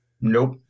Nope